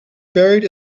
buried